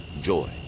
joy